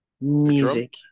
Music